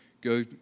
go